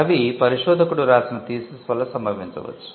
అవి పరిశోధకుడు రాసిన థీసిస్ వల్ల సంభవించవచ్చు